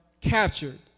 captured